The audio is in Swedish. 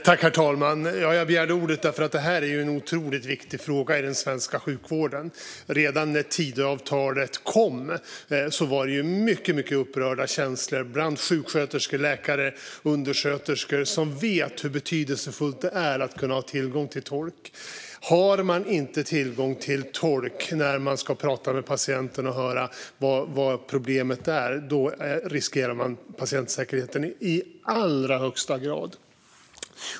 Herr talman! Jag begärde ordet eftersom det här är en otroligt viktig fråga i den svenska sjukvården. Redan när Tidöavtalet kom var det mycket upprörda känslor bland sjuksköterskor, läkare och undersköterskor, som vet hur betydelsefullt det är att kunna ha tillgång till tolk. Om man inte har tillgång till tolk när man ska prata med patienten och höra vad problemet är riskerar man patientsäkerheten i allra högsta grad.